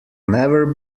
never